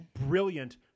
brilliant